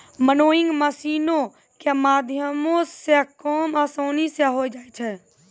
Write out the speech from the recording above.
winnowing मशीनो के माध्यमो से काम असानी से होय जाय छै